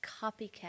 copycat